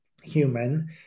human